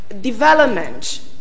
development